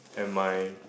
and my